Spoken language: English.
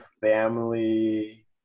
family